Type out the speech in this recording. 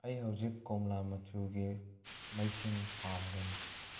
ꯑꯩ ꯍꯧꯖꯤꯛ ꯀꯣꯝꯂꯥ ꯃꯆꯨꯒꯤ ꯃꯩꯁꯤꯡ ꯄꯥꯝꯒꯅꯤ